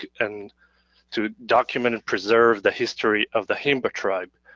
and to document and preserve the history of the himba tribe.